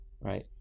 right